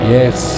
Yes